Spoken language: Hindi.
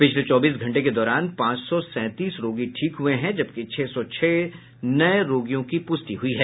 पिछले चौबीस घंटे के दौरान पांच सौ सैंतीस रोगी ठीक हुए हैं जबकि छह सौ छह नये रोगियों की प्रष्टि हुई है